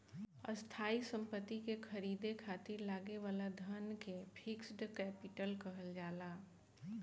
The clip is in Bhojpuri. स्थायी सम्पति के ख़रीदे खातिर लागे वाला धन के फिक्स्ड कैपिटल कहल जाला